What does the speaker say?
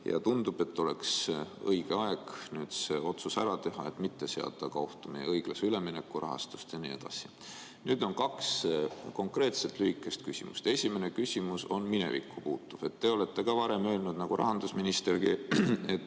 Tundub, et oleks õige aeg see otsus ära teha, et mitte seada ohtu ka meie õiglase ülemineku rahastust jne. Nüüd on kaks konkreetset ja lühikest küsimust. Esimene küsimus on minevikku puutuv. Te olete varem öelnud nagu rahandusministergi, et